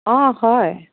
অ' হয়